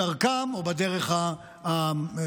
בדרכם או בדרך האורתודוקסית.